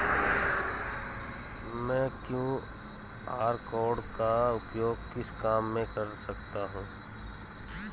मैं QR code का उपयोग किस काम में कर सकता हूं?